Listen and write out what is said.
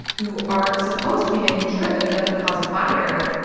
who are supposed to be making sure that it doesn't cause a fire,